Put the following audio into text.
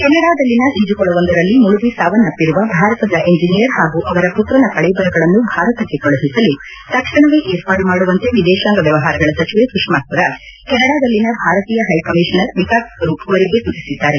ಕೆನಡಾದಲ್ಲಿನ ಈಜುಕೊಳವೊಂದರಲ್ಲಿ ಮುಳುಗಿ ಸಾವನ್ನಪ್ಪಿರುವ ಭಾರತದ ಇಂಜಿನಿಯರ್ ಹಾಗೂ ಅವರ ಪುತ್ರನ ಕಳೇಬರಗಳನ್ನು ಭಾರತಕ್ಕೆ ಕಳುಹಿಸಲು ತಕ್ಷಣವೇ ಏರ್ಪಾಡು ಮಾಡುವಂತೆ ವಿದೇಶಾಂಗ ವ್ಹವಹಾರಗಳ ಸಚಿವೆ ಸುಷ್ನ ಸ್ವರಾಜ್ ಕೆನಡಾದಲ್ಲಿನ ಭಾರತೀಯ ಹೈಕಮೀಷನರ್ ವಿಕಾಸ್ ಸ್ವರೂಪ್ ಅವರಿಗೆ ಸೂಚಿಸಿದ್ದಾರೆ